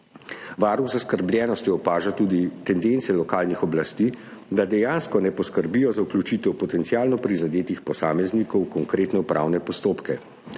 Varuh z zaskrbljenostjo opaža tudi tendence lokalnih oblasti, da dejansko ne poskrbijo za vključitev potencialno prizadetih posameznikov v konkretne upravne postopke.